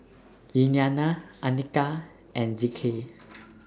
Liliana Anika and Zeke